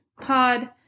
pod